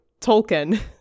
Tolkien